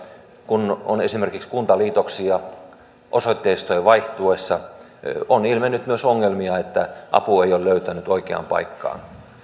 kun on esimerkiksi kuntaliitoksia osoitteistojen vaihtuessa on ilmennyt myös ongelmia apu ei ole löytänyt oikeaan paikkaan